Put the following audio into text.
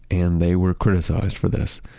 and they were criticized for this.